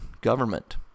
government